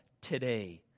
today